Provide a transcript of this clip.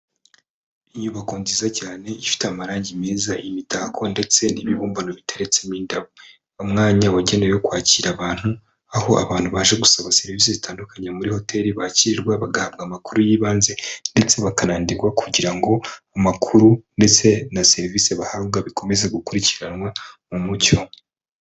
Inyubako nziza cyane, ifite amarangi meza, imitako ndetse n'ibibumbano biteretsemo indabo. Umwanya wagenewe kwakira abantu, aho abantu baje gusaba serivisi zitandukanye muri hoteri, bakirwa bagahabwa amakuru y'ibanze ndetse bakanandikwa kugira ngo amakuru ndetse na serivisi bahabwa bikomeze gukurikiranwa mu mucyo.